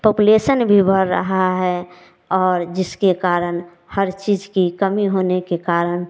population भी बढ़ रहा है और जिसके कारण हर चीज की कमी होने के कारण